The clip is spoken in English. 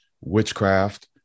witchcraft